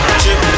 chip